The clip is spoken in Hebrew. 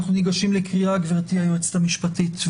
אנחנו ניגשים לקריאה, גברתי היועצת המשפטית.